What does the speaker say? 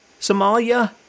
Somalia